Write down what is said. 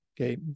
Okay